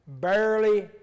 barely